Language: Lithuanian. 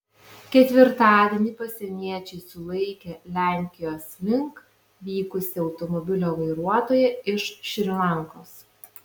ketvirtadienį pasieniečiai sulaikė lenkijos link vykusį automobilio vairuotoją iš šri lankos